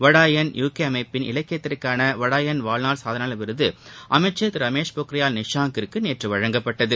Vatayan UK அமைப்பின் இலக்கியத்திற்கான வடாயன் வாழ்நாள் சாதனையாளர் விருது அமைச்சர் திரு ரமேஷ் பொக்ரியால் நிஷாங்கிற்கு நேற்று வழங்கப்பட்டது